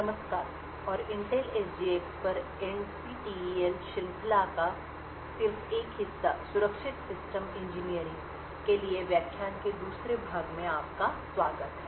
नमस्कार और Intel SGX पर एनपीटीईएल श्रृंखला का सिर्फ एक हिस्सा सुरक्षित सिस्टम इंजीनियरिंग के लिए व्याख्यान के दूसरे भाग में आपका स्वागत है